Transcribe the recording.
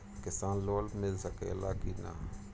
किसान लोन मिल सकेला कि न?